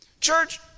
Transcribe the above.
Church